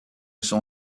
son